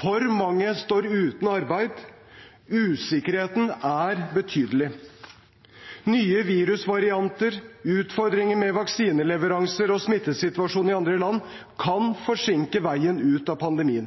For mange står uten arbeid. Usikkerheten er betydelig. Nye virusvarianter, utfordringer med vaksineleveranser og smittesituasjonen i andre land kan forsinke veien ut av pandemien,